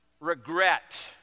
regret